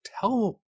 tell